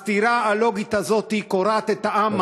הסתירה הלוגית הזאת קורעת את העם,